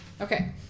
okay